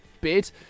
bid